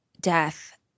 death